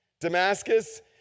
Damascus